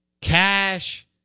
cash